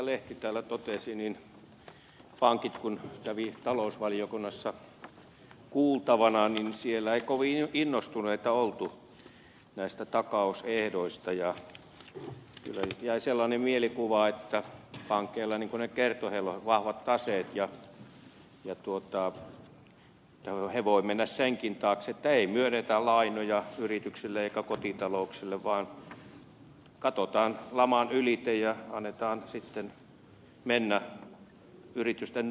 lehti täällä totesi niin pankeissa kun kävivät talousvaliokunnassa kuultavana ei kovin innostuneita oltu näistä takausehdoista ja kyllä jäi sellainen mielikuva että pankeilla niin kuin ne kertoivat on vahvat taseet ja ne voivat mennä senkin taakse että ei myönnetä lainoja yrityksille eikä kotitalouksille vaan katsotaan laman ylitse ja annetaan sitten mennä yritysten nurin